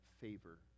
favor